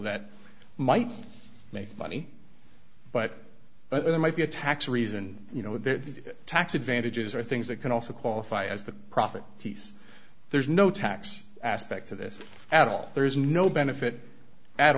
that might make money but there might be a tax reason you know the tax advantages are things that can also qualify as the profit piece there's no tax aspect to this at all there is no benefit at